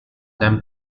them